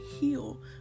heal